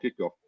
kickoff